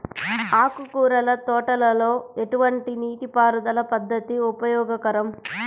ఆకుకూరల తోటలలో ఎటువంటి నీటిపారుదల పద్దతి ఉపయోగకరం?